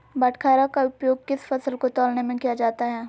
बाटखरा का उपयोग किस फसल को तौलने में किया जाता है?